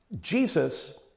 Jesus